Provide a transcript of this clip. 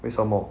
为什么